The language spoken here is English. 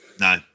No